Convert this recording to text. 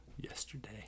Yesterday